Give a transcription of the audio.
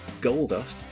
Goldust